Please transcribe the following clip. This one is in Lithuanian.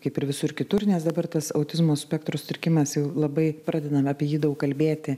kaip ir visur kitur nes dabar tas autizmo spektro sutrikimas jau labai pradedam apie jį daug kalbėti